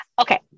Okay